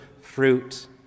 fruit